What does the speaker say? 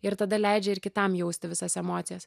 ir tada leidžia ir kitam jausti visas emocijas